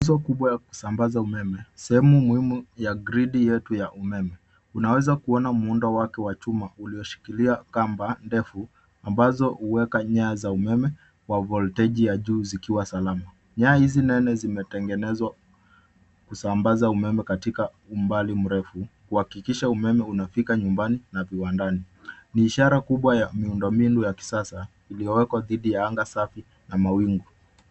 Nguzo kubwa ya kusambaza umeme, sehemu muhimu ya gridi yetu ya umeme. Unaweza kuona muundo wake wa chuma ulioshikilia kamba ndefu, ambazo huweka nyaya za umeme kwa volteji ya juu zikiwa salama. Nyaya hizi nene zimetengenezwa kusambaza umeme katika umbali mrefu, kuhakikisha umeme unafika nyumbani na viwandani. Ni ishara kubwa ya miundombinu ya kisasa, iliyowekwa dhidi ya anga safi na mawingu.